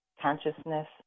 consciousness